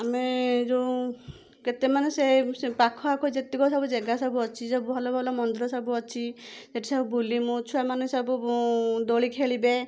ଆମେ ଯୋଉଁ କେତେ ମାନେ ସେ ପାଖ ଆଖ ଯେତିକ ସବୁ ଜେଗା ସବୁ ଅଛି ଯେଉଁ ଭଲ ଭଲ ମନ୍ଦିର ସବୁ ଅଛି ସେଠି ସବୁ ବୁଲିମୁ ଛୁଆମାନେ ସବୁ ଦୋଳି ଖେଳିବେ